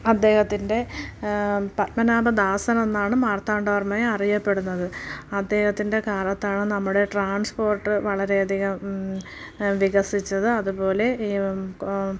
അദ്ദേഹത്തിൻ്റെ പത്മനാഭ ദാസനെന്നാണ് മാർത്താണ്ഡ വർമ്മയെ അറിയപ്പെടുന്നത് അദ്ദേഹത്തിൻ്റെ കാലത്താണ് നമ്മുടെ ട്രാൻസ്പോർട്ട് വളരെയധികം വികസിച്ചത് അതുപോലെ ഇ കൊ